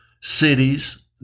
cities